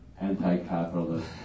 anti-capitalist